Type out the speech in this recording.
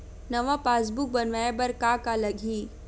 नवा पासबुक बनवाय बर का का लगही?